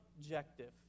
objective